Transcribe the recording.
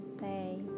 day